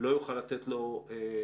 לא יוכל לתת לו תשובה.